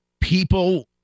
people